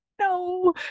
No